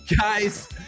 guys